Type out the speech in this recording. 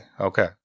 Okay